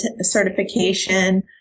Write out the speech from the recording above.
certification